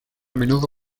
menudo